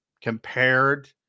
compared